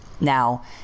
Now